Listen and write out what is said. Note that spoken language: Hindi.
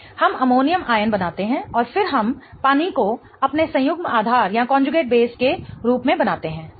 हम अमोनियम आयन बनाते हैं और फिर हम पानी को अपने संयुग्म आधार के रूप में बनाते हैं सही